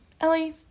Ellie